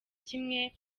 kimwe